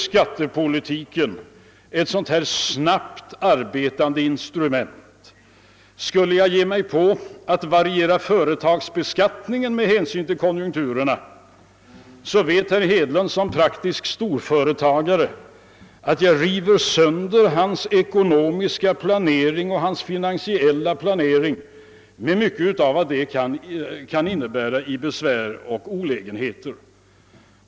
Skattepolitiken är inte ett sådant snabbt arbetande instrument. Skulle jag ge mig på att variera företagsbeskattningen med hänsyn till konjunkturerna, vet herr Hedlund som praktisk storföretagare att jag skulle riva sönder hans ekonomiska och finansiella planering med allt vad det kan innebära av besvär och olägenheter.